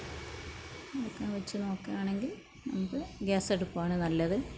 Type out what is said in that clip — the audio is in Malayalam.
അതൊക്കെ വെച്ച് നോക്കയാണെങ്കിൽ നമുക്ക് ഗ്യാസ്സടുപ്പാണ് നല്ലത്